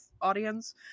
audience